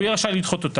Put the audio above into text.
והוא יהיה רשאי לדחותה.